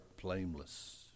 blameless